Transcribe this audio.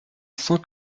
sans